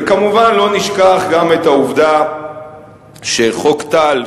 וכמובן לא נשכח גם את העובדה שחוק טל,